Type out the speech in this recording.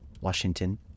Washington